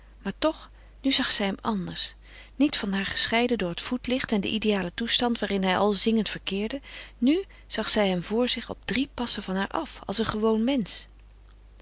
maar toch nu zag zij hem anders niet van haar gescheiden door het voetlicht en den idealen toestand waarin hij al zingend verkeerde nu zag zij hem voor zich op drie passen van haar af als een gewoon mensch